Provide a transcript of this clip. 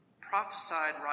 prophesied